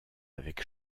avec